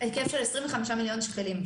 היקף של 25 מיליון שקלים.